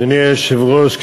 אדוני היושב-ראש,